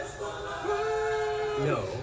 No